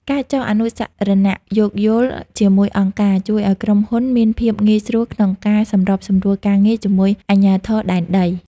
ការចុះអនុស្សរណៈយោគយល់ជាមួយអង្គការ ជួយឱ្យក្រុមហ៊ុនមានភាពងាយស្រួលក្នុងការសម្របសម្រួលការងារជាមួយអាជ្ញាធរដែនដី។